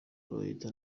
bayita